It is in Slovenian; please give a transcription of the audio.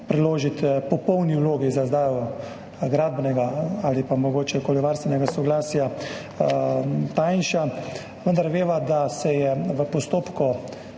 priložiti popolni vlogi za izdajo gradbenega ali mogoče okoljevarstvenega soglasja, tanjša, vendar veva, da od postopka,